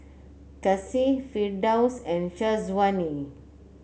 Kasih Firdaus and Syazwani